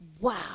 Wow